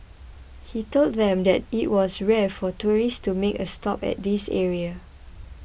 he told them that it was rare for tourists to make a stop at this area